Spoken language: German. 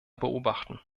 beobachten